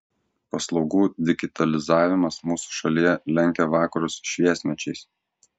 paslaugų digitalizavimas mūsų šalyje lenkia vakarus šviesmečiais